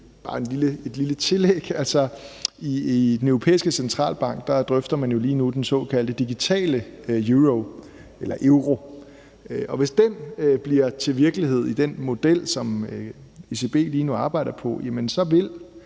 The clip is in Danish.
lille tilføjelse sige, at i Den Europæiske Centralbank drøfter man lige nu den såkaldte digitale euro, og hvis den bliver til virkelighed i den model, som ECB lige nu arbejder på, så vil